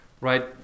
right